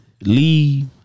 Leave